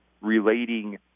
relating